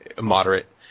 moderate